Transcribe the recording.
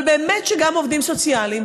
אבל באמת שגם עובדים סוציאליים,